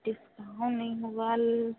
discount नहीं होगा